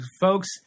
folks